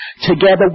Together